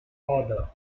author